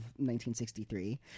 1963